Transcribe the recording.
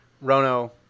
Rono